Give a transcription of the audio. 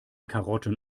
karotten